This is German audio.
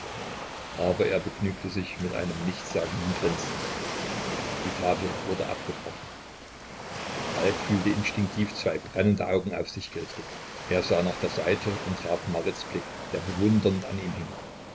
aber er begnügte sich mit einem nichtssagenden grinsen die tafel wurde abgebrochen falk fühlte instinktiv zwei brennende augen auf sich gerichtet er sah nach der seite und traf marits blick der bewundernd an ihm hing